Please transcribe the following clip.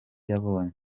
yabonye